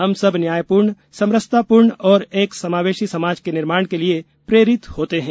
हम सब न्यायपूर्ण समरसतापूर्ण और एक समावेशी समाज के निर्माण के लिए प्रेरित होते हैं